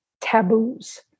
taboos